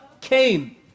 came